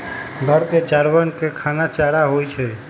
घर के जानवर के खाना चारा होई छई